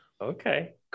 Okay